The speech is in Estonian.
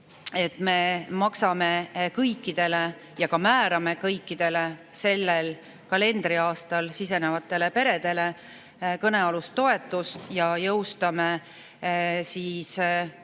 me maksame kõikidele ja ka määrame kõikidele sellel kalendriaastal sisenevatele peredele kõnealust toetust ja jõustame siis ühetaoliselt